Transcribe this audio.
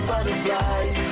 Butterflies